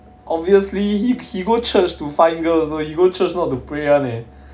obviously he he go church to find girl also he go church not to pray one eh